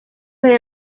they